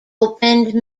opened